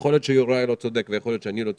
יכול להיות יוראי ואני לא צודקים,